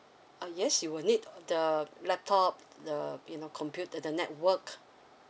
uh yes you will need uh the laptop the you know computer the network